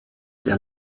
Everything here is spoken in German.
der